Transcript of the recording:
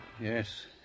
Yes